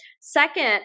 Second